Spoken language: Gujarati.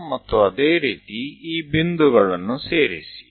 અને તે જ રીતે આ બિંદુઓને જોડીએ